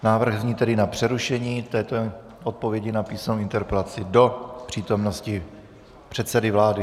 Návrh zní tedy na přerušení této odpovědi na písemnou interpelaci do přítomnosti předsedy vlády.